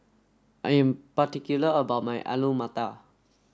I am particular about my Alu Matar